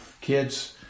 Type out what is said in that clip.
kids